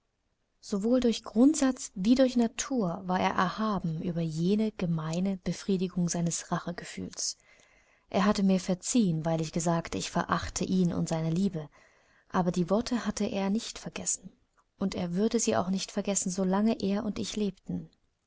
sowohl durch grundsatz wie durch natur war er erhaben über jede gemeine befriedigung seines rachegefühls er hatte mir verziehen weil ich gesagt ich verachte ihn und seine liebe aber die worte hatte er nicht vergessen und er würde sie auch nicht vergessen so lange er und ich lebten